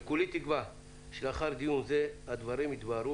כולי תקווה שלאחר דיון זה הדברים יתבהרו